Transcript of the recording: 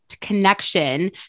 connection